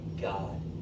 God